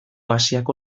asiako